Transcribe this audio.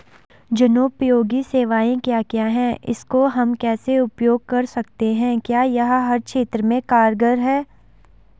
जनोपयोगी सेवाएं क्या क्या हैं इसको हम कैसे उपयोग कर सकते हैं क्या यह हर क्षेत्र में कारगर है?